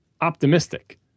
optimistic